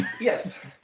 Yes